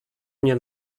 mnie